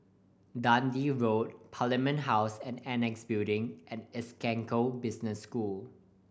Dundee Road Parliament House and Annexe Building and Essec Business School